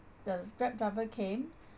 the grab driver came